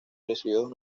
recibidos